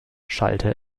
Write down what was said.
schallte